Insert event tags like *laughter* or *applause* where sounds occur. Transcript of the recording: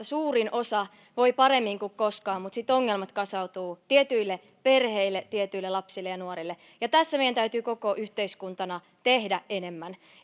*unintelligible* suurin osa nuorista voi paremmin kuin koskaan mutta sitten ongelmat kasautuvat tietyille perheille tietyille lapsille ja nuorille ja tässä meidän täytyy koko yhteiskuntana tehdä enemmän